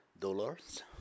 dollars